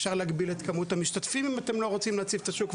אפשר להגביל את כמות המשתתפים אם אתם לא רוצים להציף את השוק,